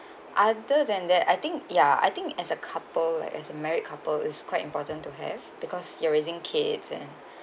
other than that I think yeah I think as a couple like as a married couple is quite important to have because you're raising kids and